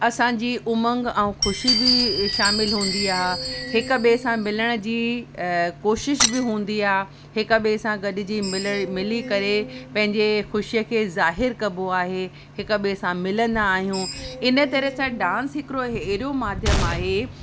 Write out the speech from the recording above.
असांजी उमंग ऐं ख़ुशी बि शामिल हूंदी आहे हिक ॿिए सां मिलण जी कोशिश बि हूंदी आहे हिक ॿिए सां गॾिजी मिलड़ी मिली करे पंहिंजे ख़ुशीअ खे ज़ाहिरु कबो आहे हिक ॿिए सां मिलंदा आहियूं इन तरह सां डांस हिकिड़ो अहिड़ो माध्यम आहे